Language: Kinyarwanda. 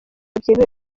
byemewe